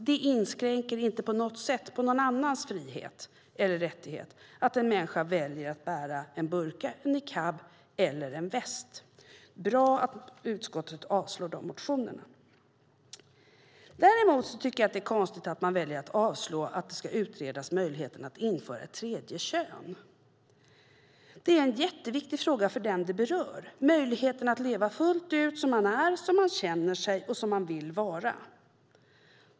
Det inskränker inte på något sätt på någon annans frihet eller rättighet att en människa väljer att bära en burka, en niqab eller en väst. Det är bra att utskottet avstyrker dessa motioner. Däremot tycker jag att det är konstigt att man väljer att avstyrka förslaget om att utreda möjligheten att införa ett tredje kön. Det är en mycket viktig fråga för den som det berör, möjligheten att leva fullt ut som man är, som man känner sig och som man vill vara.